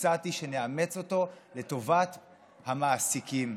הצעתי שנאמץ אותו לטובת המעסיקים.